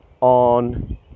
on